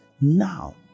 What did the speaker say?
now